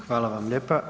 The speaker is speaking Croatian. Hvala vam lijepa.